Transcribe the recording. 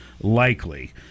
likely